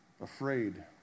afraid